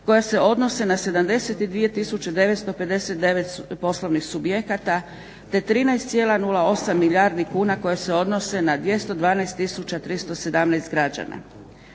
koja se odnose na 72959 poslovnih subjekata, te 13,08 milijardi kuna koje se odnose na 212317 građana.